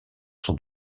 sont